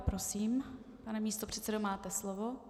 Prosím, pane místopředsedo, máte slovo.